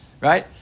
Right